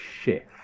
shift